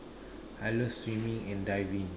I love swimming and diving